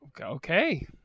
Okay